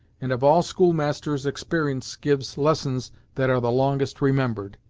and of all schoolmasters exper'ence gives lessons that are the longest remembered.